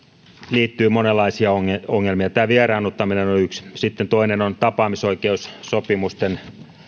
liittyy monenlaisia ongelmia ongelmia tämä vierannuttaminen on yksi sitten toinen on tapaamisoikeussopimusten